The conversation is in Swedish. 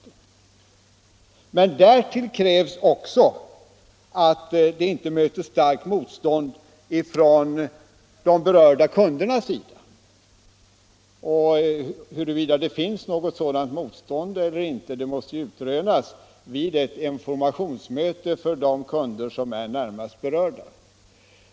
För det andra krävs att ändringen inte möter starkt motstånd från de berörda kundernas sida. Huruvida det finns något sådant motstånd eller inte måste utrönas vid ett informationsmöte för de kunder som är närmast berörda.